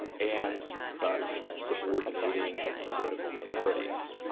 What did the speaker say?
and thus subordinating political minorities.